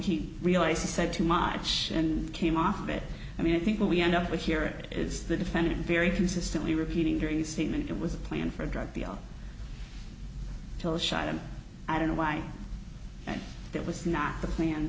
he realized he said too much and came off it i mean i think what we end up with here it is the defendant very consistently repeating during the statement it was a plan for a drug deal to was shot him i don't know why that was not the plan